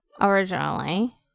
Originally